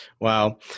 Wow